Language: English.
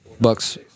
Bucks